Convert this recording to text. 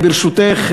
ברשותך,